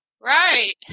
right